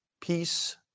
peace